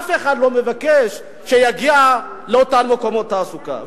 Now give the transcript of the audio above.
אף אחד לא מבקש שהוא יגיע לאותם מקומות תעסוקה.